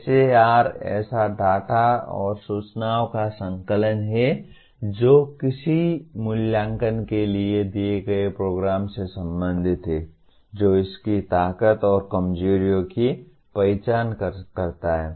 SAR ऐसे data और सूचनाओं का संकलन है जो किसी मूल्यांकन के लिए दिए गए प्रोग्राम से संबंधित हैं जो इसकी ताकत और कमजोरियों की पहचान करता है